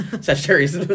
Sagittarius